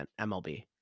MLB